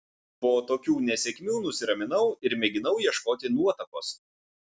po tokių nesėkmių nusiraminau ir mėginau ieškoti nuotakos